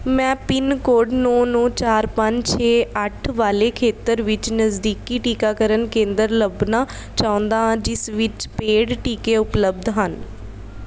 ਮੈਂ ਪਿੰਨਕੋਡ ਨੌਂ ਨੌਂ ਚਾਰ ਪੰਜ ਛੇ ਅੱਠ ਵਾਲੇ ਖੇਤਰ ਵਿੱਚ ਨਜ਼ਦੀਕੀ ਟੀਕਾਕਰਨ ਕੇਂਦਰ ਲੱਭਣਾ ਚਾਹੁੰਦਾ ਹਾਂ ਜਿਸ ਵਿੱਚ ਪੇਡ ਟੀਕੇ ਉਪਲੱਬਧ ਹਨ